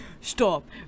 Stop